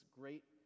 great